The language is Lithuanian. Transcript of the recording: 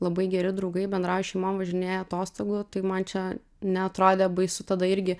labai geri draugai bendrauja šeimom važinėja atostogų tai man čia neatrodė baisu tada irgi